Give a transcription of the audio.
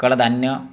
कडधान्य